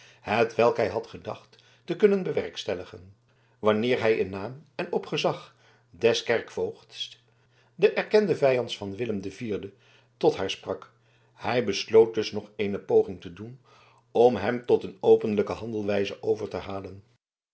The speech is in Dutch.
hetwelk hij had gedacht te kunnen bewerkstelligen wanneer hij in naam en op het gezag des kerkvoogds des erkenden vijands van willem den vierden tot haar sprak hij besloot dus nog eene poging te doen om hem tot een openlijke handelwijze over te halen